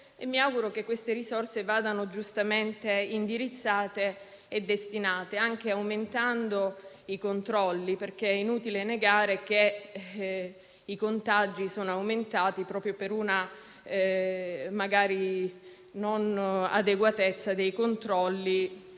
mi auguro che queste vadano giustamente indirizzate e destinate, anche aumentando i controlli. È inutile, infatti, negare che i contagi sono aumentati magari proprio per una non adeguatezza dei controlli